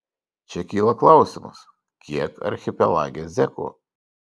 čia kyla klausimas kiek archipelage zekų